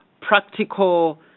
practical